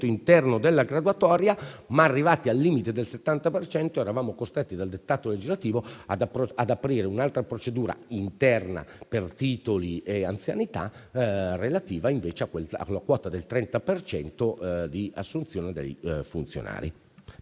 interno della graduatoria, ma, arrivati al limite del 70 per cento, siamo stati costretti dal dettato legislativo ad aprire un'altra procedura interna per titoli e anzianità relativa invece alla quota del 30 per cento per l'assunzione dei funzionari.